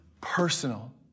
personal